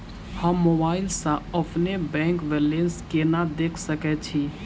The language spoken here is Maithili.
हम मोबाइल सा अपने बैंक बैलेंस केना देख सकैत छी?